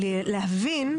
להבין,